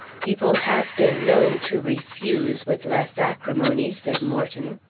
people have been known to refuse with less acrimony, said morton.